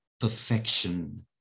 perfection